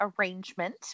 Arrangement